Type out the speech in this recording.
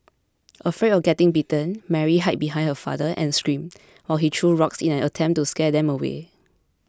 afraid of getting bitten Mary hid behind her father and screamed while he threw rocks in an attempt to scare them away